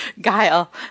Guile